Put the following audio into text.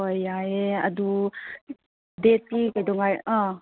ꯍꯣꯏ ꯌꯥꯏꯌꯦ ꯑꯗꯨ ꯗꯦꯗꯇꯤ ꯀꯩꯗꯧꯉꯩ ꯑꯥ